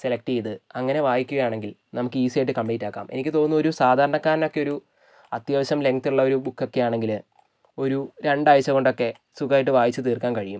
select ചെയ്ത് അങ്ങനെ വായിക്കുകയാണെങ്കിൽ നമുക്ക് ഈസിയായിട്ട് കംപ്ലീറ്റാക്കാം എനിക്ക് തോന്നുന്നു ഒരു സാധാരണക്കാരനൊക്കെയൊരു അത്യാവശ്യം ലെങ്ത്ത് ഉള്ള ഒരു ബുക്കൊക്കെയാണെങ്കില് ഒരു രണ്ടാഴ്ച്ച കൊണ്ടൊക്കെ സുഖമായിട്ട് വായിച്ച് തീർക്കാൻ കഴിയും